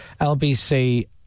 LBC